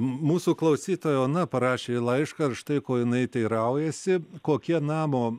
mūsų klausytoja ona parašė laišką ir štai ko jinai teiraujasi kokie namo